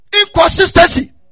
Inconsistency